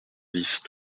dix